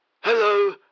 Hello